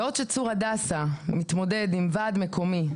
בעוד שצור הדסה מתמודד עם ועד מקומי,